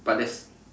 but there's